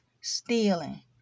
stealing